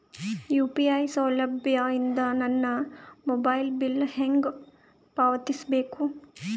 UPI ಸೌಲಭ್ಯ ಇಂದ ನನ್ನ ಮೊಬೈಲ್ ಬಿಲ್ ಹೆಂಗ್ ಪಾವತಿಸ ಬೇಕು?